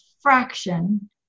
fraction